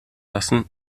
lassen